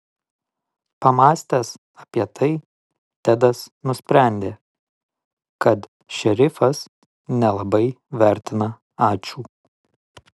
pamąstęs apie tai tedas nusprendė kad šerifas nelabai vertina ačiū